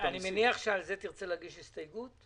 תרצה להגיש על זה הסתייגות?